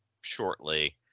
shortly